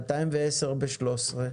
210 ב-2013,